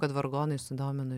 kad vargonai sudomino